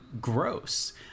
gross